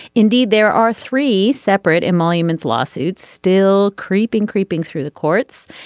indeed there are three separate emoluments lawsuits still creeping creeping through the courts.